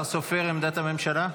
השר סופר, עמדת הממשלה.